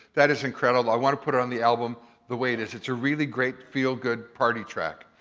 that is incredible, i want to put it on the album the way it is. it's a really great feel-good party track.